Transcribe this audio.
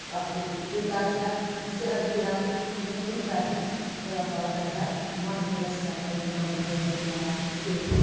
کانہہ زِندٕ آسہِ یا صحت دی ہس موٗدمُت آسہِ ہا خۄدا تعالیٰ کرِ ہس مغفِرت سَتن لبن تھایہِ ہس گاش ییٚلہِ